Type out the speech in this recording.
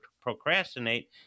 procrastinate